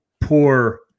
poor